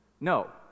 No